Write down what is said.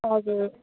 हजुर